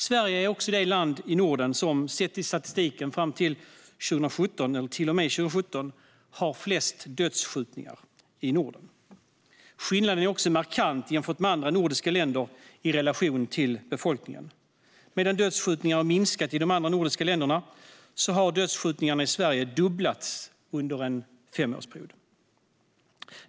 Sverige är det land i Norden som enligt statistiken till och med 2017 hade flest dödsskjutningar. Skillnaden är också markant mot andra nordiska länder, i relation till befolkningsmängden. Medan dödsskjutningarna har minskat i de andra nordiska länderna har de i Sverige fördubblats under en femårsperiod.